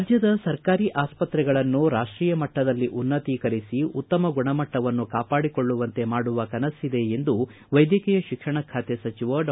ರಾಜ್ಯದ ಸರ್ಕಾರಿ ಆಸ್ತತ್ರೆಗಳನ್ನು ರಾಷ್ಟೀಯ ಮಟ್ಟದಲ್ಲಿ ಉನ್ನತೀಕರಿಸಿ ಉತ್ತಮ ಗುಣಮಟ್ಟವನ್ನು ಕಾಪಾಡಿಕೊಳ್ಳವಂತೆ ಮಾಡುವ ಕನಸಿದೆ ಎಂದು ವೈದ್ಯಕೀಯ ಶಿಕ್ಷಣ ಖಾತೆ ಸಚಿವ ಡಾ